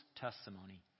testimony